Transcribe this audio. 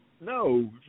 No